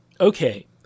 Okay